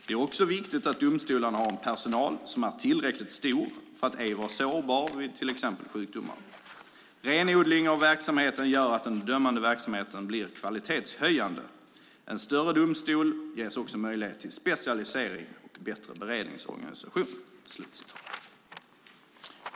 Det är också viktigt att domstolarna har en personal som är tillräckligt stor för att ej vara för sårbar vid till exempel sjukdomar. Renodling av verksamheten gör att den dömande verksamheten blir kvalitetshöjande. En större domstol ges också möjlighet till specialisering och en bättre beredningsorganisation."